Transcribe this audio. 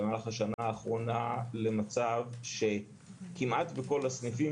במהלך השנה האחרונה למצב שכמעט בכל הסעיפים